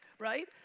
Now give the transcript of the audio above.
right?